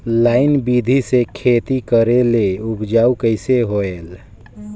Line बिधी ले खेती करेले उपजाऊ कइसे होयल?